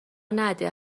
نده